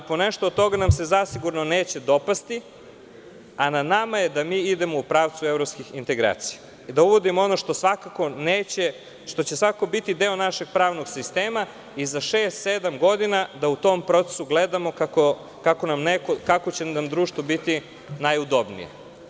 Ponešto od toga nam se sigurno neće dopasti, a na nama je da idemo u pravcu evropskih integracija i da uvodimo ono što će biti deo našeg pravnog sistema i za šest, sedam godina, da u tom procesu gledamo kako će nam društvo biti najudobnije.